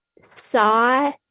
saw